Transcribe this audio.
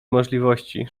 możliwości